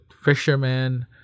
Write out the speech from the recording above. fishermen